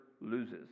loses